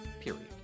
Period